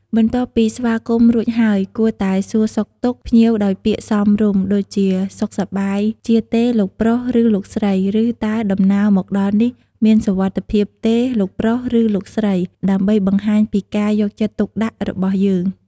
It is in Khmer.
បន្ទាប់ពីស្វាគមន៍រួចហើយ គួរតែសួរសុខទុក្ខ ភ្ញៀវដោយពាក្យសមរម្យដូចជា "សុខសប្បាយជាទេលោកប្រុស ឬលោកស្រី?" ឬ "តើដំណើរមកដល់នេះមានសុវត្ថិភាពទេប្រុស ឬលោកស្រី?" ដើម្បីបង្ហាញពីការយកចិត្តទុកដាក់របស់យើង។